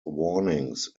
warnings